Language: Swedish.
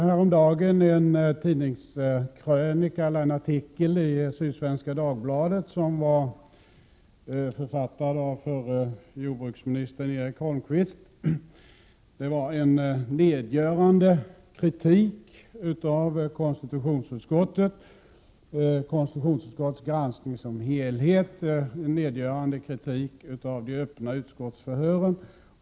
Häromdagen kunde man i Sydsvenska Dagbladet läsa en artikel författad av förre jordbruksministern Eric Holmqvist. Artikeln innehöll en nedgörande kritik mot konstitutionsutskottet, konstitutionsutskottets granskning som helhet och mot de öppna utskottsförhören.